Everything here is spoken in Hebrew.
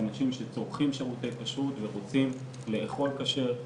באנשים שצורכים שירותי כשרות ורוצים לאכול כשר,